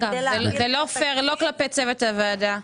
זה לא פייר לא כלפי צוות הוועדה,